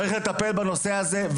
צריך לטפל בנושא הזה,